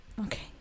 Okay